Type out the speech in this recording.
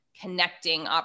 connecting